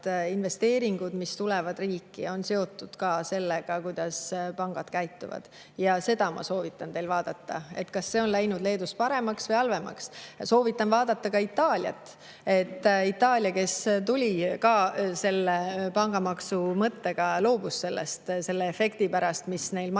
investeeringud, mis tulevad riiki, on seotud ka sellega, kuidas pangad käituvad. Ma soovitan teil vaadata, kas see on läinud Leedus paremaks või halvemaks. Soovitan vaadata ka Itaaliat. Itaalia, kes tuli ka pangamaksu mõttega välja, loobus sellest efekti pärast, mis sellel